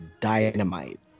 dynamite